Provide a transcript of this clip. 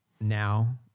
Now